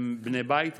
הם בני בית אצלנו,